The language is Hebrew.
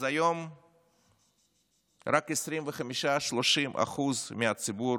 אז היום רק 25% 30% מהציבור